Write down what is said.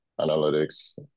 analytics